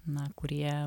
na kurie